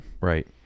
Right